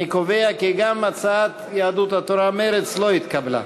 אני קובע כי גם הצעת יהדות התורה ומרצ לא התקבלה.